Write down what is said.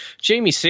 Jamie